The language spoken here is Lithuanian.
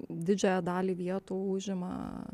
didžiąją dalį vietų užima